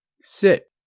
Sit